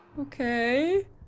Okay